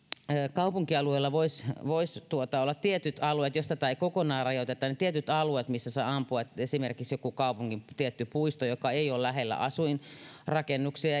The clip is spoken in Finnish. kaupunkialueilla voisi voisi olla tietyt alueet jos tätä ei kokonaan rajoiteta missä saa ampua esimerkiksi joku kaupungin tietty puisto joka ei ole lähellä asuinrakennuksia